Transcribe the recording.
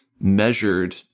measured